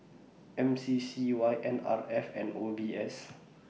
M C C Y N R F and O B S